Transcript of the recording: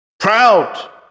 Proud